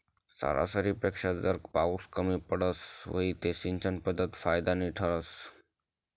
सरासरीपेक्षा जर पाउस कमी पडत व्हई ते सिंचन पध्दत फायदानी ठरस